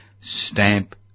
stamp